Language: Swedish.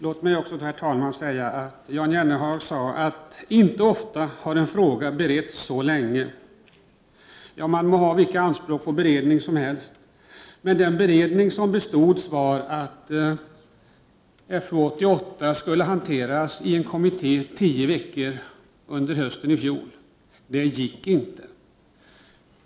Jan Jennehag sade också att det inte är många frågor som har beretts så länge. Man må ha vilka anspråk som helst på beredning, men den beredning som bestods var att FU 88 skulle hanteras av en kommitté tio veckor under hösten i fjol. Det gick inte.